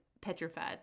petrified